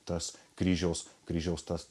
tas kryžiaus kryžiaus tas